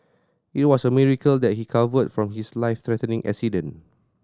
it was a miracle that he recovered from his life threatening accident